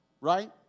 right